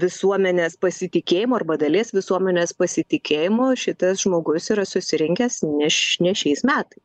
visuomenės pasitikėjimo arba dalies visuomenės pasitikėjimo šitas žmogus yra susirinkęs neš ne šiais metais